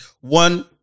one